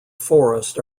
forest